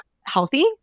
healthy